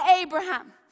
abraham